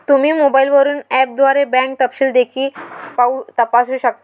तुम्ही मोबाईलवरून ऍपद्वारे बँक तपशील देखील तपासू शकता